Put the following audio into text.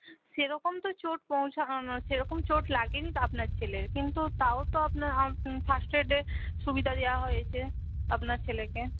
সেরকম তো চোট পৌঁছা সেরকম চোট লাগেনি তো আপনার ছেলের কিন্তু তাও তো আপনার ফার্স্ট এডের সুবিধা দেওয়া হয়েছে আপনার ছেলেকে